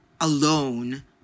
alone